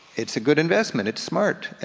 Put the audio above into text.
it's a good investment, it's smart.